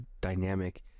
dynamic